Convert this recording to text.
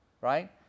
right